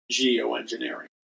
geoengineering